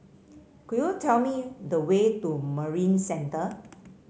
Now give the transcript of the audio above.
could you tell me the way to Marina Centre